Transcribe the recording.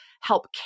help